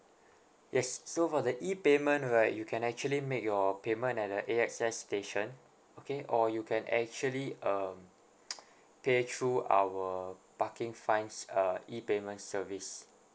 yes so for the E payment right you can actually make your payment at the A_X_S station okay or you can actually uh pay through our parking fines uh E payment service